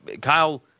Kyle